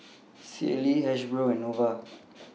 Sealy Hasbro and Nova